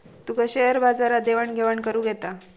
तुका share बाजारात देवाण घेवाण करुक येता?